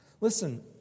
Listen